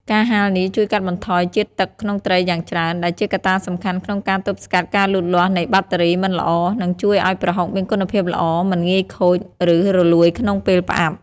ការហាលនេះជួយកាត់បន្ថយជាតិទឹកក្នុងត្រីយ៉ាងច្រើន ដែលជាកត្តាសំខាន់ក្នុងការទប់ស្កាត់ការលូតលាស់នៃបាក់តេរីមិនល្អ និងជួយឱ្យប្រហុកមានគុណភាពល្អ មិនងាយខូច ឬរលួយក្នុងពេលផ្អាប់។